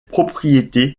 propriétés